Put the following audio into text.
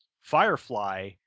firefly